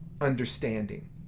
understanding